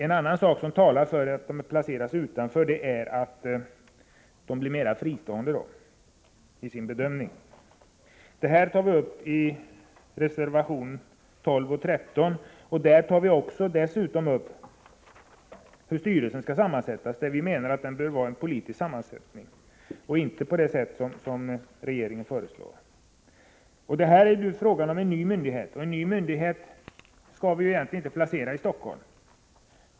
En annan sak som talar för att den toxikologiska informationen placeras utanför är att den blir mer fristående vid sin bedömning. Detta tar vi upp i reservationerna 12 och 13. I dessa reservationer tar vi dessutom upp hur styrelsen skall sammansättas. Vi menar att den bör ha en politisk sammansättning och inte den sammansättning som regeringen föreslår. Det är här fråga om en ny myndighet, och en ny myndighet skall vi egentligen inte placera i Stockholm.